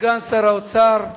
סגן שר האוצר,